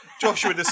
joshua